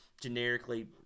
generically